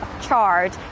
charge